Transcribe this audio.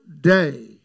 day